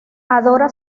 adora